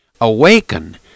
awaken